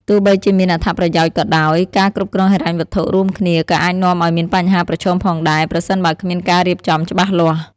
ទោះបីជាមានអត្ថប្រយោជន៍ក៏ដោយ ការគ្រប់គ្រងហិរញ្ញវត្ថុរួមគ្នាក៏អាចនាំឲ្យមានបញ្ហាប្រឈមផងដែរ ប្រសិនបើគ្មានការរៀបចំច្បាស់លាស់។